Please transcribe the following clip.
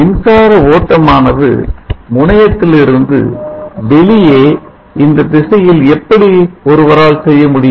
மின்சார ஓட்டமானது முனையத்தில் இருந்து வெளியே இந்த திசையில் எப்படி ஒருவரால் செய்யமுடியும்